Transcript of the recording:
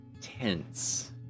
tense